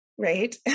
right